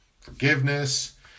forgiveness